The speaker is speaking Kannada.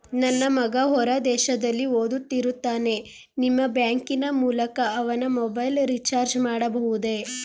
ನನ್ನ ಮಗ ಹೊರ ದೇಶದಲ್ಲಿ ಓದುತ್ತಿರುತ್ತಾನೆ ನಿಮ್ಮ ಬ್ಯಾಂಕಿನ ಮೂಲಕ ಅವನ ಮೊಬೈಲ್ ರಿಚಾರ್ಜ್ ಮಾಡಬಹುದೇ?